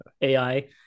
ai